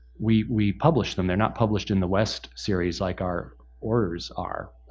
we we publish them. they're not published in the west series like our orders are,